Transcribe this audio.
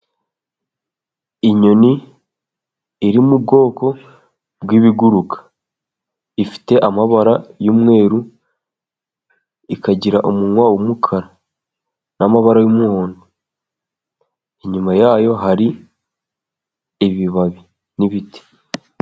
Inyoni iri mu bwoko bw'ibiguruka ifite amabara y'umweruru, ikagira umunwa w'umukara n'amabara y'umuhodo. Inyuma yayo hari ibibabi n'ibiti.